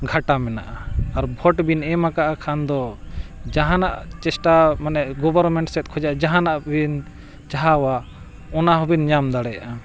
ᱜᱷᱟᱴᱟ ᱢᱮᱱᱟᱜᱼᱟ ᱟᱨ ᱵᱷᱳᱴ ᱵᱤᱱ ᱮᱢ ᱟᱠᱟᱫ ᱠᱷᱟᱱ ᱫᱚ ᱡᱟᱦᱟᱱᱟᱜ ᱪᱮᱥᱴᱟ ᱢᱟᱱᱮ ᱜᱚᱵᱷᱚᱨᱱᱢᱮᱱᱴ ᱥᱮᱫ ᱠᱷᱚᱱᱟᱜ ᱡᱟᱦᱟᱱᱟᱜ ᱵᱤᱱ ᱪᱟᱦᱟᱣᱟ ᱚᱱᱟ ᱦᱚᱸᱵᱤᱱ ᱧᱟᱢ ᱫᱟᱲᱮᱭᱟᱜᱼᱟ